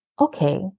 okay